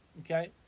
Okay